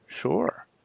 sure